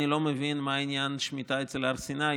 אני לא מבין מה עניין שמיטה אצל הר סיני,